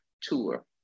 tour